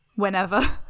whenever